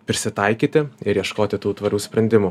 prisitaikyti ir ieškoti tų tvarių sprendimų